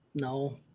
No